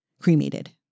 Cremated